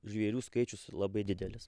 žvėrių skaičius labai didelis